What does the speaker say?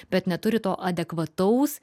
bet neturi to adekvataus